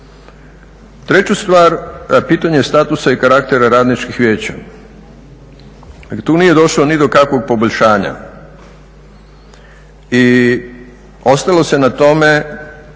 Treću stvar, pitanje je statusa i karaktera radničkih vijeća. Dakle, tu nije došlo ni do kakvog poboljšanja i ostalo se na tome